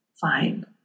fine